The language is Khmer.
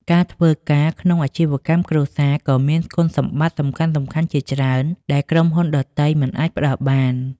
ការធ្វើការក្នុងអាជីវកម្មគ្រួសារ ក៏មានគុណសម្បត្តិសំខាន់ៗជាច្រើនដែលក្រុមហ៊ុនដទៃមិនអាចផ្ដល់បាន។